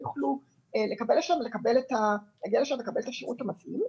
יוכלו להגיע לשם ולקבל את השירות המתאים,